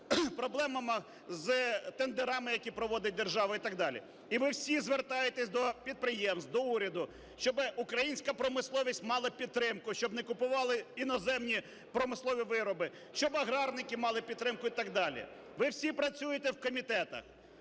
проблемами з тендерами, які проводить держава і так далі. І ви всі звертаєтесь до підприємств, до уряду, щоб українська промисловість мала підтримку, щоб не купували іноземні промислові вироби, щоб аграрники мали підтримку і так далі. Ви всі працюєте в комітетах.